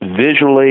visually